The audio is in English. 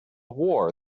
war